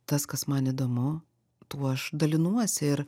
tas kas man įdomu tuo aš dalinuosi ir